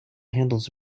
handles